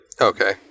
Okay